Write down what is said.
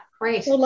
great